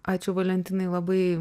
ačiū valentinai labai